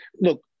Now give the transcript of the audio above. look